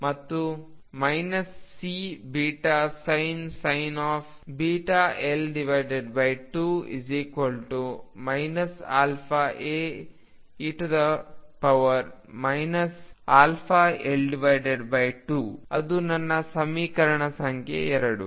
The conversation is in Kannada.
ಮತ್ತು ಅಂದರೆ Cβsin βL2 αAe αL2 ಅದು ನನ್ನ ಸಮೀಕರಣ ಸಂಖ್ಯೆ 2